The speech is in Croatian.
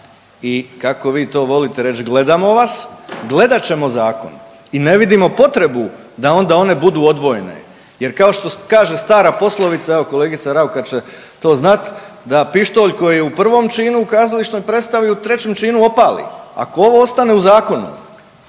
I kako vi to volite reći gledamo vas, gledat ćemo zakon i ne vidimo potrebu da onda one budu odvojene. Jer kao što kaže stara poslovica evo kolegica Raukar će to znati da pištolj koji je u prvom činu u kazališnoj predstavi u trećem činu opali. Ako ovo ostane u zakonu